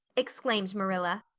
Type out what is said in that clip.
exclaimed marilla.